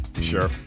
sure